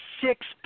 six